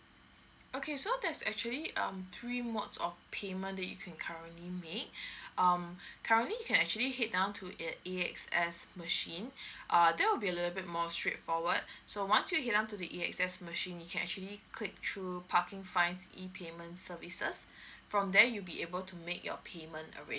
okay so there's actually um three modes of payment that you can currently made um currently you can actually head down to A_X A_X_S machine err there will be a little bit more straightforward so once you head down to the A_X_S machine you can actually click through parking fines e payment services from there you'll be able to make your payment already